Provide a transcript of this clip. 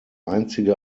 einzige